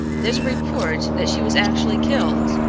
there's a report that she was actually killed,